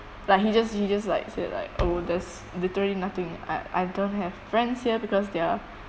like he just he just like said like oh there is literally nothing I I don't have friends here because they're